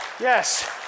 Yes